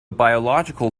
biological